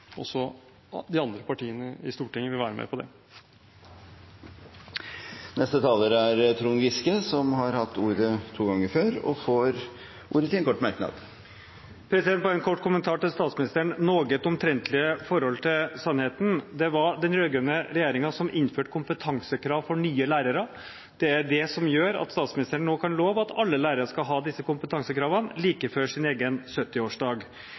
de andre partiene i Stortinget vil være med på det. Representanten Trond Giske har hatt ordet to ganger tidligere og får ordet til en kort merknad, begrenset til 1 minutt. Bare en kort kommentar til statsministerens noe omtrentlige forhold til sannheten. Det var den rød-grønne regjeringen som innførte kompetansekrav for nye lærere. Det er det som gjør at statsministeren nå kan love at alle lærere skal ha disse kompetansekravene like før deres egen